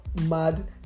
mad